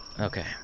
Okay